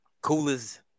coolest